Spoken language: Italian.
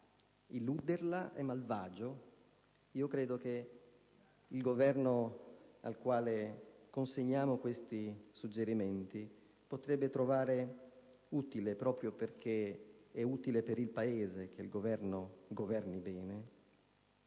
illuderla è malvagio. Ritengo, pertanto, che il Governo al quale consegniamo questi suggerimenti potrebbe trovare utile - proprio perché è utile per il Paese che l'Esecutivo governi bene